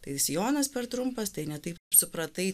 tai sijonas per trumpas tai ne taip supratai